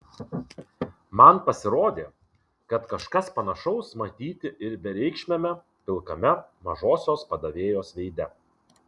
man pasirodė kad kažkas panašaus matyti ir bereikšmiame pilkame mažosios padavėjos veide